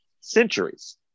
centuries